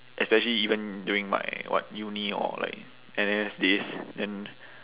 especially even during my what uni or like N_S days then